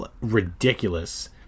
ridiculous